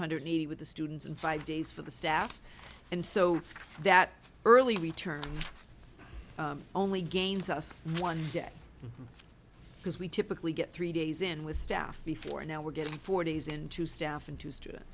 hundred eighty with the students and five days for the staff and so that early return only gains us one day because we typically get three days in with staff before now we're getting four days into staff into students